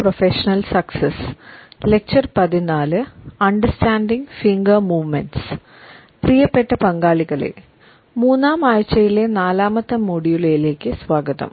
പ്രിയപ്പെട്ട പങ്കാളികളെ മൂന്നാം ആഴ്ചയിലെ നാലാമത്തെ മൊഡ്യൂളിലേക്ക് സ്വാഗതം